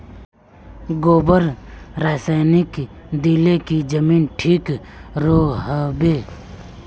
गोबर रासायनिक दिले की जमीन ठिक रोहबे?